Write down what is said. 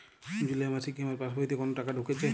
জুলাই মাসে কি আমার পাসবইতে কোনো টাকা ঢুকেছে?